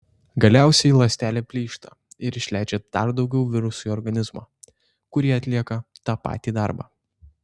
galiausiai ląstelė plyšta ir išleidžia dar daugiau virusų į organizmą kurie atlieka tą patį darbą